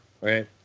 right